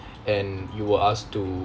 and you were asked to